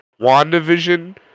WandaVision